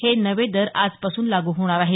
हे नवे दर आजपासून लागू होणार आहेत